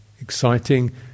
exciting